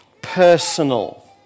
personal